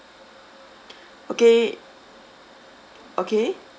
okay okay